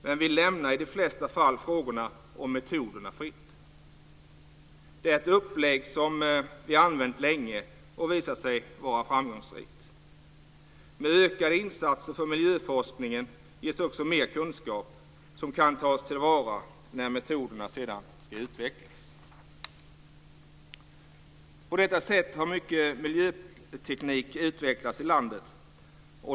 Men vi lämnar i de flesta fall metoderna fria. Det är ett upplägg som vi har använt länge, och det har visat sig vara framgångsrikt. Med ökade insatser för miljöforskningen ges också mer kunskap som kan tas till vara när metoderna sedan ska utvecklas. På detta sätt har mycket miljöteknik utvecklats i landet.